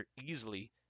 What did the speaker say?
easily